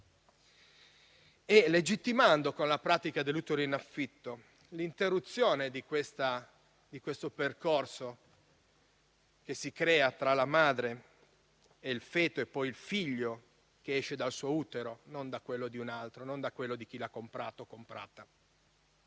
Legittimare, con la pratica dell'utero in affitto, l'interruzione di questo percorso che si crea tra la madre, il feto e poi il figlio che esce dal suo utero, non da quello di un altro, non da quello di chi l'ha comprato, ci